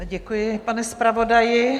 Děkuji, pane zpravodaji.